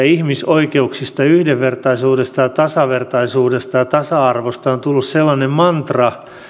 ihmisoikeuksista yhdenvertaisuudesta tasavertaisuudesta ja tasa arvosta on tullut sellainen mantra